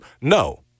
No